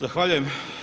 Zahvaljujem.